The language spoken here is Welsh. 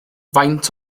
faint